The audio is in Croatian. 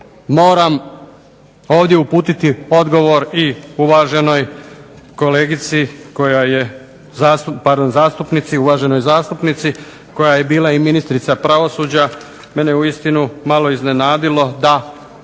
moram ovdje uputiti odgovor uvaženoj zastupnici koja je bila ministrica pravosuđa, mene uistinu malo iznenadilo da